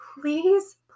please